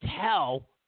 tell